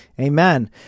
Amen